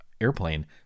airplane